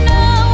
no